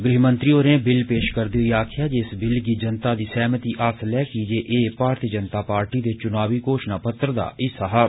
गृहमंत्री होरें बिल पेश करदे होई आक्खेआ जे इस बिल गी जनता दी सैहमती हासल ऐ कीजे एह् भारतीय जनता पार्टी दे चुनावी घोषणा पत्र दा हिस्सा हा